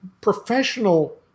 professional